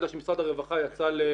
אני יודע שמשרד הרווחה יצא למכרז